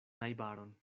najbaron